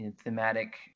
thematic